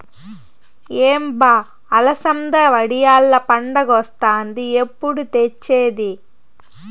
ఏం బా అలసంద వడియాల్ల పండగొస్తాంది ఎప్పుడు తెచ్చేది